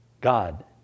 God